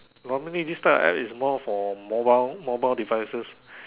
normally this type of App is more for mobile mobile devices